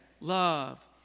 love